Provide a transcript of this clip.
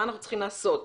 מה אנחנו צריכים לעשות.